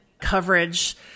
coverage